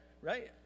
right